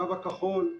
התו הכחול,